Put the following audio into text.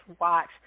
watch